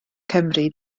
cymru